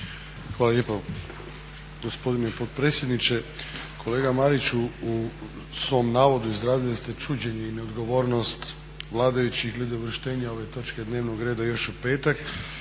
Hvala lijepo gospodine potpredsjedniče. Kolega Mariću, u svom navodu izrazili ste čuđenje i neodgovornost vladajućih glede uvrštenja ove točke dnevnog reda još u petak